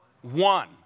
One